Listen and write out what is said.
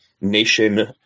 nation